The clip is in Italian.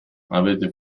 avete